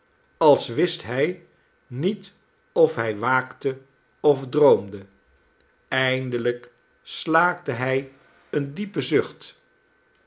als wist hij niet of hij waakte of droomde eindelijk slaakte hij een diepen zucht